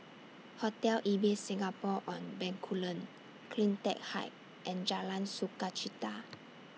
Hotel Ibis Singapore on Bencoolen CleanTech Height and Jalan Sukachita